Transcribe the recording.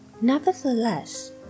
Nevertheless